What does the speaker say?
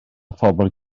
phobl